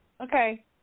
Okay